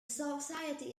society